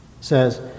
says